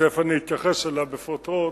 ותיכף אני אתייחס אליו בפרוטרוט,